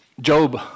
Job